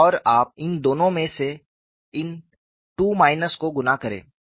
और आप इन दोनों में से इन 2 माइनस को गुणा करें